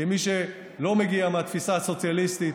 כמי שלא מגיע מהתפיסה הסוציאליסטית,